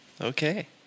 Okay